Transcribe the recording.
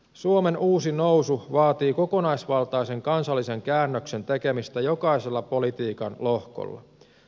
suomen uusi nousu vaatii kokonaisvaltaisen kansallisen käännöksen tekemistä jokaisella politiikan lohkolla